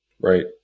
right